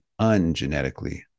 ungenetically